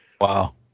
Wow